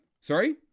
Sorry